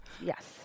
Yes